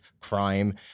crime